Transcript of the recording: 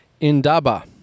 Indaba